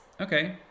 Okay